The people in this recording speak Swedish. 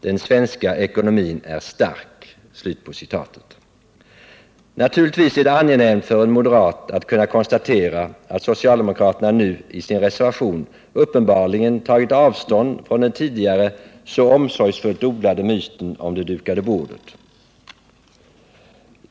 Den svenska ekonomin är stark.” Naturligtvis är det angenämt för en moderat att kunna konstatera att socialdemokraterna nu i sin reservation uppenbarligen tagit avstånd från den tidigare så omsorgsfullt odlade myten om det dukade bordet.